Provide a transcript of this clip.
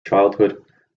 childhood